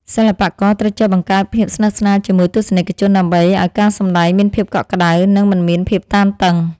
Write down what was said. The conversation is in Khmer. សិល្បករត្រូវចេះបង្កើតភាពស្និទ្ធស្នាលជាមួយទស្សនិកជនដើម្បីឱ្យការសម្តែងមានភាពកក់ក្តៅ និង មិនមានភាពតានតឹង។